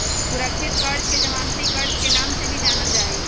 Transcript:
सुरक्षित कर्ज के जमानती कर्ज के नाम से भी जानल जाहई